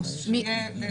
תודה רבה.